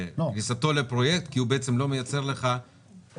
לכניסתו לפרויקט כי הוא בעצם לא מייצר לך דירות